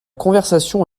conversation